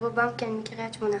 רובם מקרית שמונה,